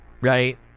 right